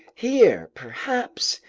here, perhaps,